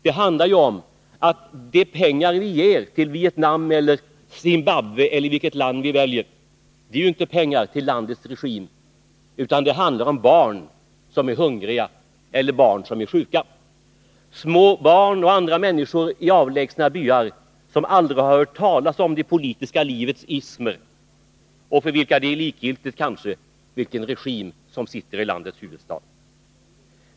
Det handlar om att de pengar som vi ger till Vietnam eller Zimbabwe eller något annat land inte är pengar till landets regim; det handlar om barn som är hungriga eller sjuka, det handlar om människor i avlägsna byar som aldrig har hört talas om det politiska livets ismer och för vilka det kanske är likgiltigt vilken regim som styr landet.